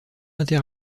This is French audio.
inter